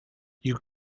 you